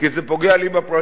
כי זה פוגע לי בפרטיות,